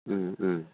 Om Om